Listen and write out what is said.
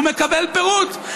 הוא מקבל פירוט.